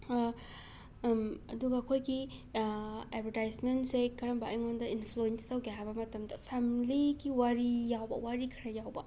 ꯑꯗꯨꯒ ꯑꯩꯈꯣꯏꯒꯤ ꯑꯦꯗꯕꯔꯇꯥꯏꯁꯃꯦꯟꯁꯦ ꯀꯔꯝꯕ ꯑꯩꯉꯣꯟꯗ ꯏꯟꯐ꯭ꯂꯨꯋꯤꯟꯁ ꯇꯧꯒꯦ ꯍꯥꯏꯕ ꯃꯇꯝꯗ ꯐꯦꯝꯂꯤꯒꯤ ꯋꯥꯔꯤ ꯌꯥꯎꯕ ꯋꯥꯔꯤ ꯈꯔ ꯌꯥꯎꯕ